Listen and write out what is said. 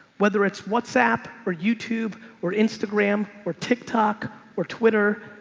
whether it's whatsapp or youtube or instagram or tick tock or twitter.